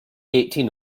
eigtheen